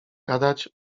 gadać